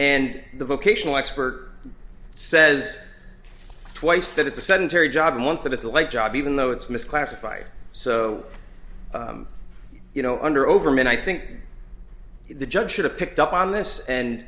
and the vocational expert says twice that it's a sedentary job and once that it's like job even though it's misclassified so you know under overmen i think the judge should have picked up on this and